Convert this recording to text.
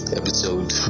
episode